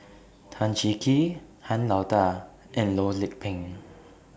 Tan Cheng Kee Han Lao DA and Loh Lik Peng